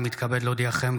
אני מתכבד להודיעכם,